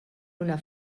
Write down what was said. una